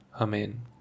Amen